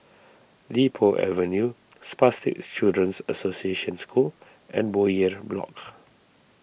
Li Po Avenue Spastic Children's Association School and Bowyer Block